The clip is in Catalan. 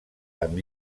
amb